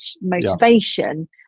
motivation